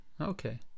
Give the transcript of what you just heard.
Okay